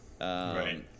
Right